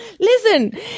Listen